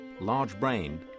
large-brained